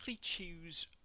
choose